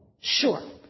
Sure